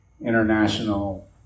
international